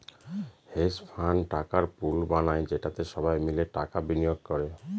hedge fund টাকার pool বানায় যেটাতে সবাই মিলে টাকা বিনিয়োগ করে